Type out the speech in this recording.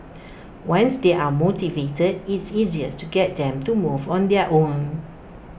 once they are motivated it's easier to get them to move on their own